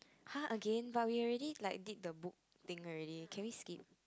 !huh! again but we already like did the book thing already can we skip